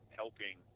helping